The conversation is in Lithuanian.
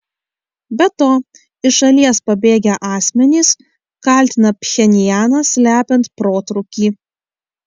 be to iš šalies pabėgę asmenys kaltina pchenjaną slepiant protrūkį